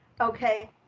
Okay